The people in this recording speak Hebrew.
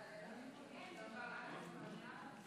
פיטורין של עובדי הוראה החשודים בעבירות